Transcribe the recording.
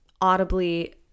audibly